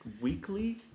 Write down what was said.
weekly